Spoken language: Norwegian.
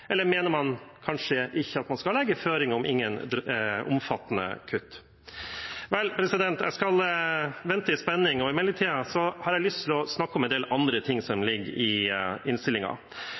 Eller mener man kanskje ikke at man skal legge føringer om ingen omfattende kutt? Vel, jeg skal vente i spenning, og i mellomtiden har jeg lyst til å snakke om en del andre ting som ligger i